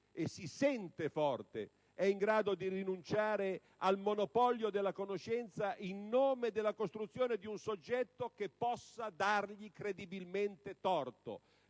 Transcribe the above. e si sente forte, è in grado di rinunciare al monopolio della conoscenza, in nome della costruzione di un soggetto che possa dargli credibilmente torto,